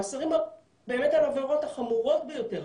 המאסרים הארוכים הם באמת על העבירות החמורות ביותר,